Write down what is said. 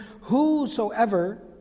whosoever